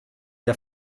der